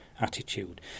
attitude